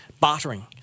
Bartering